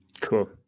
Cool